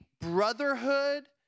brotherhood